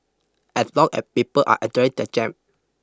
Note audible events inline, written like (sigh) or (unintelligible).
as long as people are (unintelligible) their jam